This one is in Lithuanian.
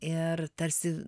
ir tarsi